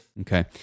Okay